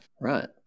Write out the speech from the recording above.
Right